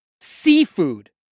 Seafood